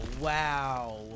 wow